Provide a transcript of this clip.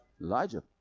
Elijah